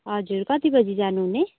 हजुर कति बजे जानुहुने